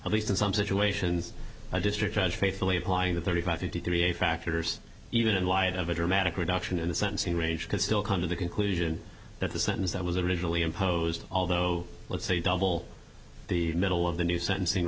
at least in some situations i district judge faithfully applying the thirty five fifty three factors even in light of a dramatic reduction in the sentencing range can still come to the conclusion that the sentence that was originally imposed although let's say double the middle of the new sentencing